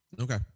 Okay